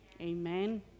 Amen